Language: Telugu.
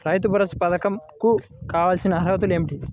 రైతు భరోసా పధకం కు కావాల్సిన అర్హతలు ఏమిటి?